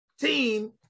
team